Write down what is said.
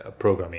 programming